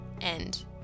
end